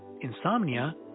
insomnia